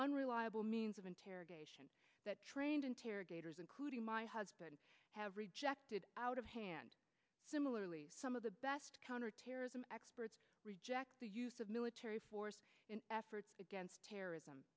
unreliable means of interrogation that trained interrogators including my husband have rejected out of hand similarly some of the best counterterrorism experts reject the use of military force in efforts against terrorism